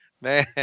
Man